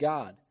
God